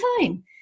time